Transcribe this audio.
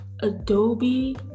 Adobe